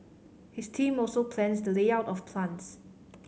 his team also plans the layout of plants